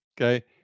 okay